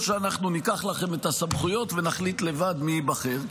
או שאנחנו ניקח לכם את הסמכויות ונחליט לבד מי ייבחר.